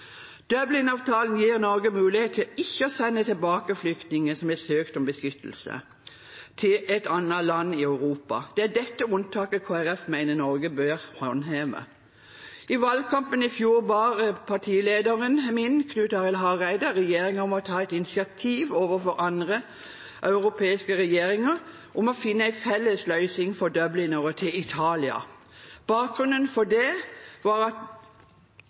gir Norge mulighet til ikke å sende tilbake flyktninger som har søkt om beskyttelse, til et annet land i Europa. Det er dette unntaket Kristelig Folkeparti mener Norge bør håndheve. I valgkampen i fjor ba partilederen min, Knut Arild Hareide, regjeringen om å ta et initiativ overfor andre europeiske regjeringer for på finne en felles løsning for Dublin-ere til Italia. Bakgrunnen for det var at